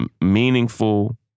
meaningful